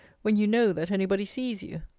when you know that any body sees you?